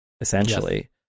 essentially